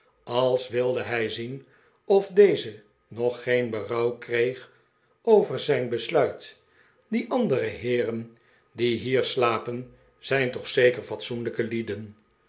als wilde hij zien of deze nog geen berouw kreeg over zijn besluit die andere heeren die hier slapen zijn toch zeker fatsoenlijke lieden